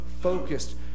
focused